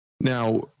now